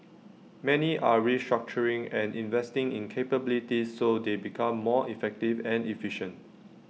many are restructuring and investing in capabilities so they become more effective and efficient